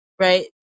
right